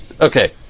Okay